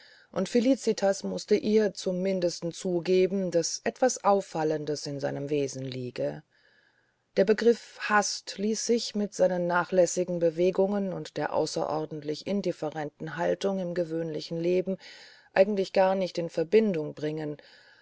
und felicitas mußte ihr zum mindesten zugeben daß etwas auffallendes in seinem wesen liege der begriff hast ließ sich mit seinen nachlässigen bewegungen und der außerordentlich indifferenten haltung im gewöhnlichen leben eigentlich gar nicht in verbindung bringen